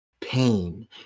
Pain